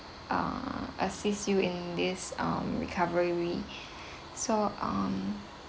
uh assist you in this um recovery so um